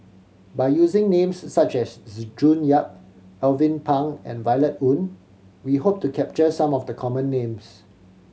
by using names such as June Yap Alvin Pang and Violet Oon we hope to capture some of the common names